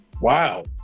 Wow